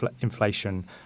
inflation